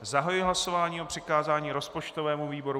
Zahajuji hlasování o přikázání rozpočtovému výboru.